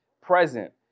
present